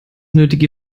nötige